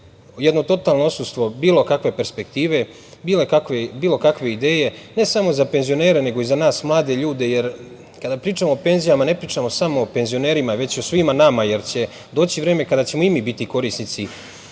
jedno totalno odsustvo bilo kakve perspektive, bilo kakve ideje ne samo za penzionere, nego i za nas mlade ljude, jer kada pričamo o penzijama, ne pričamo samo o penzionerima, već o svima nama, jer će doći vreme kada ćemo i mi biti korisnici